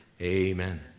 Amen